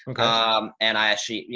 um, and i actually, you